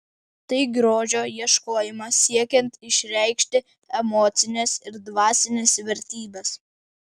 tai grožio ieškojimas siekiant išreikšti emocines ir dvasines vertybes